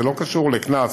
זה לא קשור לקנס